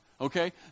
Okay